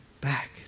back